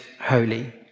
holy